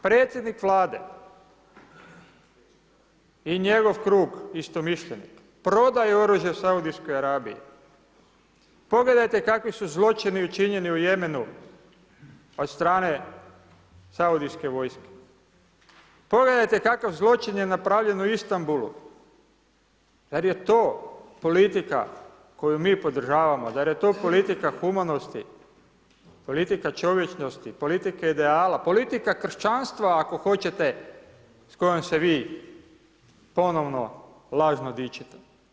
Predsjednik Vlade i njegov krug istomišljenika, prodaje oružje Saudijskoj Arabiji, pogledajte kakvi su zločini učinjeni u Jemenu od strane saudijske vojske, pogledajte kakav zločin je napravljen u Istambulu, zar je to politika koju mi podržavamo, zar je to politika humanosti, politika čovječnosti, politike ideala, politika kršćanstva ako hoćete, s kojom se vi ponovno lažno dičite?